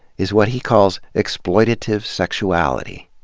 is what he calls exploitative sexuality,